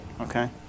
Okay